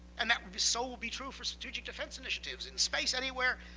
and that will be so will be true for strategic defense initiatives, in space, anywhere.